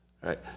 right